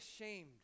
ashamed